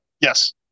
Yes